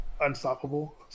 Unstoppable